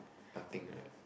nothing right